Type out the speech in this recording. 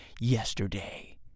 yesterday